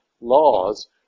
laws